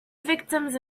victims